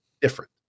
different